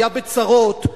היה בצרות,